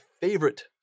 favorite